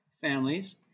families